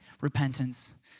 repentance